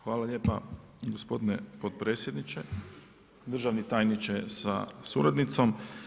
Hvala lijepa gospodine potpredsjedniče, državni tajniče sa suradnicom.